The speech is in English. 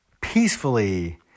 peacefully